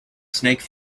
snake